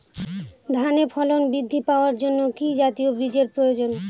ধানে ফলন বৃদ্ধি পাওয়ার জন্য কি জাতীয় বীজের প্রয়োজন?